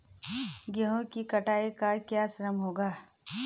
गेहूँ की कटाई का क्या श्रम होगा?